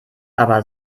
aber